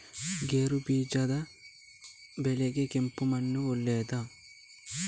ಗೇರುಬೀಜದ ಬೆಳೆಗೆ ಕೆಂಪು ಮಣ್ಣು ಒಳ್ಳೆಯದಾ?